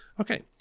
Okay